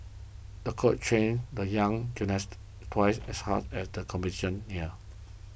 the coach trained the young gymnast twice as hard as the competition neared